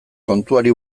kontuari